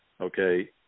Okay